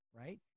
right